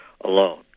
alone